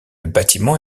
bâtiment